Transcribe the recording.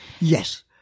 Yes